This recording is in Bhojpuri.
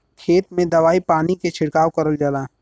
खेत में दवाई पानी के छिड़काव करल जाला